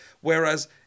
whereas